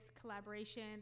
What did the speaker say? collaboration